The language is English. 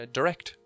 Direct